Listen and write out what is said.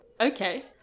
okay